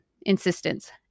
insistence